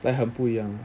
like 很不一样